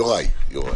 יוראי.